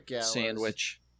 sandwich